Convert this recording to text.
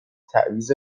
تعویض